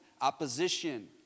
opposition